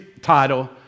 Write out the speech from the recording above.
title